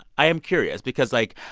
i am curious because, like,